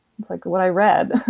it's like what i read.